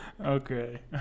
Okay